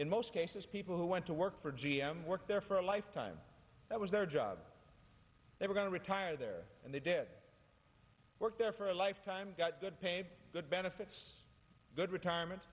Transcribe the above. in most cases people who went to work for g m worked there for a lifetime that was their job they were going to retire there and they did work there for a lifetime got good pay good benefits good retirement